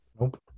Nope